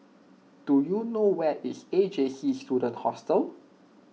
do you know where is A J C Student Hostel